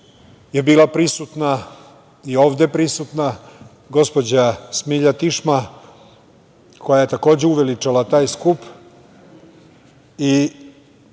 je bila prisutna i ovde prisutna gospođa Smilja Tišma, koja je takođe uveličala taj skup i